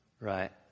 Right